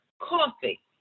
coffee